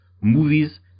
movies